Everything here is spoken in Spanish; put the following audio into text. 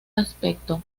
aspecto